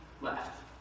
left